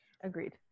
Agreed